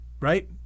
right